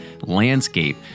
landscape